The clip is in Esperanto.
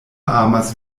amas